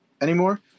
anymore